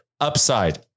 upside